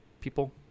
people